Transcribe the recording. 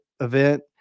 event